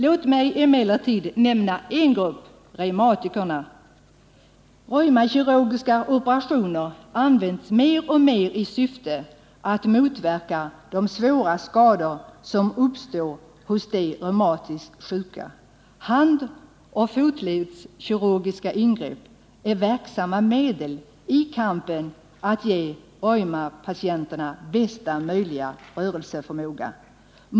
Låt mig emellertid nämna en grupp — reumatikerna. Reumakirurgiska operationer används mer och mer i syfte att motverka de svåra skador som uppstår hos de reumatiskt sjuka. Handoch fotledskirurgiska ingrepp är verksamma medel i kampen att ge reumapatienterna bästa möjliga rörelseförmåga.